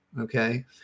okay